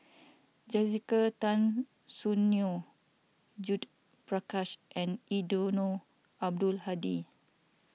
Jessica Tan Soon Neo Judith Prakash and Eddino Abdul Hadi